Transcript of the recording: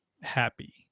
happy